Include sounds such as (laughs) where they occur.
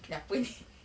kenapa ni (laughs)